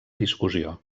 discussió